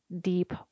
deep